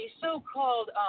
so-called